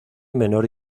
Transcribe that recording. menor